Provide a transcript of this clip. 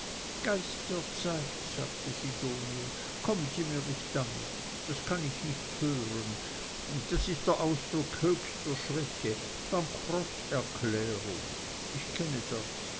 der zeit sagte sidonie kommen sie mir nicht damit das kann ich nicht hören das ist der ausdruck höchster schwäche bankrotterklärung ich kenne das